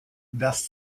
dass